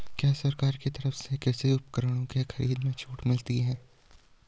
क्या सरकार की तरफ से कृषि उपकरणों के खरीदने में छूट मिलती है?